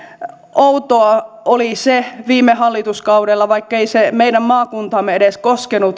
outoa oli viime hallituskaudella se vaikkei se meidän maakuntaamme edes koskenut